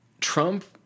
Trump